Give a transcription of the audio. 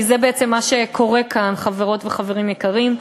כי זה בעצם מה שקורה כאן, חברות וחברים יקרים.